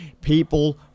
People